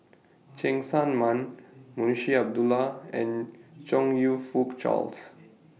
Cheng Tsang Man Munshi Abdullah and Chong YOU Fook Charles